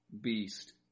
beast